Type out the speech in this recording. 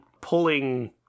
pulling